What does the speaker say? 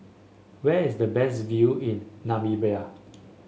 where is the best view in Namibia